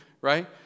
right